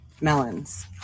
melons